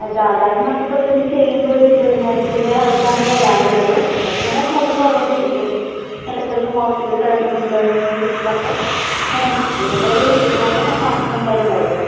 സാധാരണ നമുക്കിപ്പോള് ഇത് ഇതിന്റെ ചെയ്യുമ്പോള് ഒരു ഇരുപതിനായിരത്തിൻ്റെ അടുത്താണ് വരാറുള്ളത് അപ്പോള് അതിങ്ങനെ കൂടിയും കുറഞ്ഞിട്ടും ഇരിക്കും എത്ര ദിവസം ഹോസ്പിറ്റലിൽ കിടക്കുന്നുണ്ട് എന്നനുസരിച്ചിട്ടൊക്കെ അതിനനുസരിച്ചിരിക്കും എന്തായാലും ഒരു ഇരുപതിനായിരം വരെ മാക്സിമം എന്തായാലും ഉണ്ടായിരിക്കും